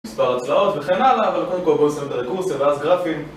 מספר הצלעות וכן הלאה, אבל קודם כל בואו נסיים את הרקורסיה, ואז גרפים